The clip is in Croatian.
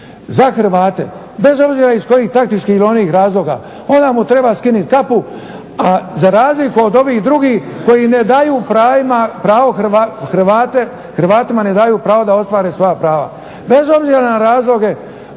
za Hrvate bez obzira iz kojih taktičkih ili onih razloga ona mu treba skinuti kapu a za razliku od ovih drugih koji ne daju pravo Hrvatima da ostvare svoja prava, bez obzira na razloge